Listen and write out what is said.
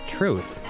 truth